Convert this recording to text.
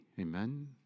Amen